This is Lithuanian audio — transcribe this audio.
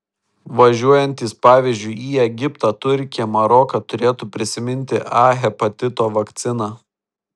važiuojantys pavyzdžiui į egiptą turkiją maroką turėtų prisiminti a hepatito vakciną